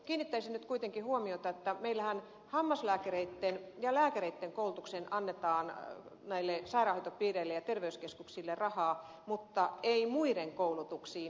kiinnittäisin nyt kuitenkin huomiota siihen että meillähän hammaslääkäreiden ja lääkäreiden koulutukseen annetaan sairaanhoitopiireille ja terveyskeskuksille rahaa mutta ei muiden koulutuksiin